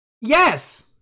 Yes